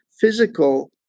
physical